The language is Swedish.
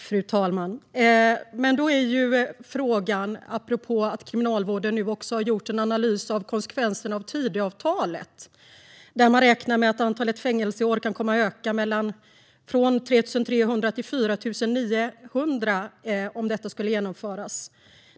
Fru talman! Kriminalvården har också gjort en analys av konsekvenserna av Tidöavtalet, där man räknar med att antalet fängelseår kan komma att öka från 3 300 till 4 900 om detta genomförs.